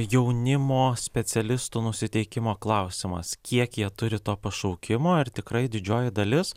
jaunimo specialistų nusiteikimo klausimas kiek jie turi to pašaukimo ar tikrai didžioji dalis